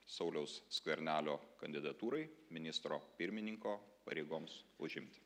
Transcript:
sauliaus skvernelio kandidatūrai ministro pirmininko pareigoms užimti